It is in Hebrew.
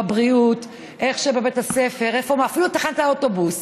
בבריאות, איך בבית הספר, אפילו תחנת האוטובוס.